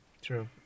True